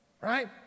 right